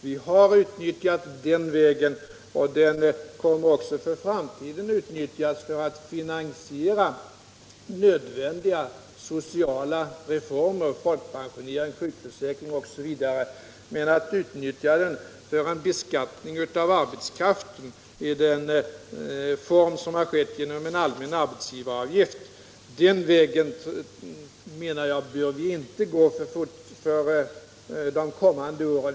Vi har utnyttjat den vägen, och den kommer också att utnyttjas i framtiden för att finansiera nödvändiga sociala reformer såsom folkpensionering, sjukförsäkring osv. Men att utnyttja den för en beskattning av arbetskraften i den form som skett genom en allmän arbetsgivaravgift är en väg som jag menar att vi inte bör gå för de kommande åren.